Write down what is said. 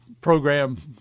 program